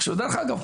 דרך אגב,